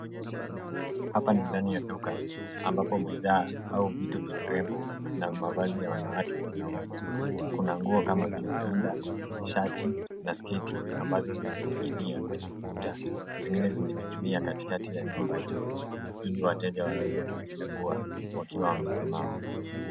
Hapa ni ndani ya duka, ambapo bidhaa, au vitu vya mapambo, na mavazi ya wanawake vinauzwa. Kuna nguo kama vile rinda, shati, na sketi, ambazo zimening'inia, kwenye ukuta, zingine zimening'inia katikati ya nyumba hii, ili wateja waweze kuchagua, wakiwa wamesimama.